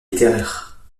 littéraire